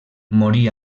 morí